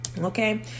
Okay